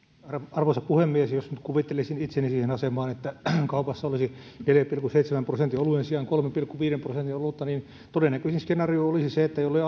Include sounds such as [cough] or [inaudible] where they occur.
arvoisa puhemies jos nyt kuvittelisin itseni siihen asemaan että kaupassa olisi neljän pilkku seitsemän prosentin oluen sijaan kolmen pilkku viiden prosentin olutta niin todennäköisin skenaario olisi se että jollei [unintelligible]